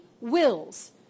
wills